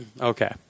Okay